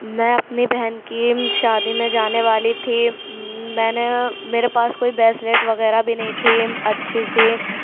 میں اپنی بہن کی شادی میں جانے والی تھی میں نے میرے پاس کوئی بیسلیٹ وغیرہ بھی نہیں تھی اچھی سی